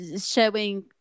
showing